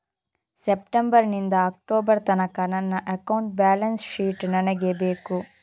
September ನಿಂದ October ತನಕ ನನ್ನ ಅಕೌಂಟ್ ಬ್ಯಾಲೆನ್ಸ್ ಶೀಟ್ ನನಗೆ ಬೇಕು